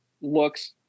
looks